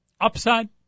upside